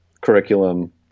curriculum